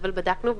אבל בדקנו,